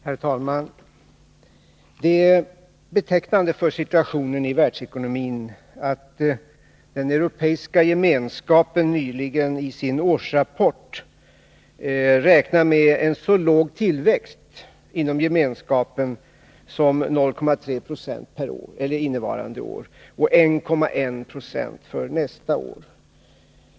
Herr talman! Det är betecknande för situationen i världsekonomin att Europeiska gemenskapen nyligen i sin årsrapport räknat med en så låg tillväxt inom Gemenskapen som 0,3 76 innevarande år och 1,1 2 för nästa år.